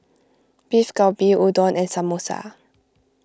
Beef Galbi Udon and Samosa